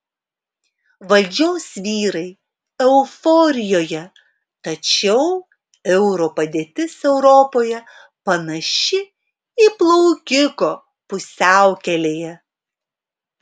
valdžios vyrai euforijoje tačiau euro padėtis europoje panaši į plaukiko pusiaukelėje